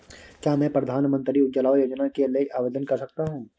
क्या मैं प्रधानमंत्री उज्ज्वला योजना के लिए आवेदन कर सकता हूँ?